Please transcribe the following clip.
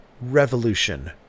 Revolution